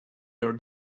your